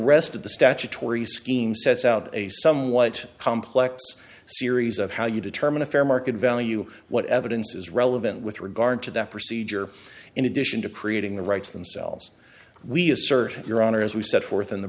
rest of the statutory scheme sets out a somewhat complex series of how you determine a fair market value what evidence is relevant with regard to that procedure in addition to creating the rights themselves we assert your honor as we set forth in the